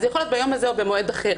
יכול להיות ביום הזה או במועד אחר,